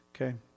Okay